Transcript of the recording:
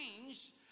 change